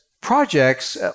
projects